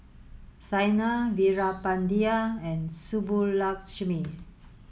Saina Veerapandiya and Subbulakshmi